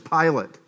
Pilate